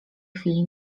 chwili